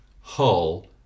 Hull